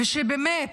ושבאמת